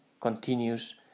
continues